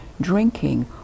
drinking